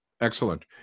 Excellent